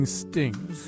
stings